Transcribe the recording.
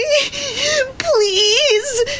please